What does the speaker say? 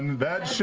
bad